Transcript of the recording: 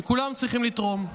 כולם צריכים לתרום.